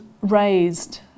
raised